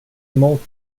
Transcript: emot